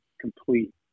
complete